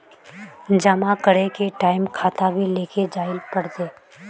जमा करे के टाइम खाता भी लेके जाइल पड़ते?